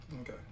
Okay